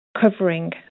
covering